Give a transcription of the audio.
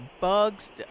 bugs